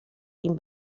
ihm